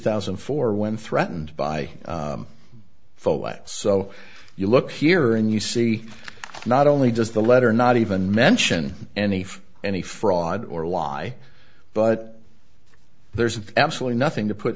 thousand and four when threatened by phone so you look here and you see not only does the letter not even mention any for any fraud or lie but there's absolutely nothing to put